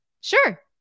Sure